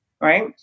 right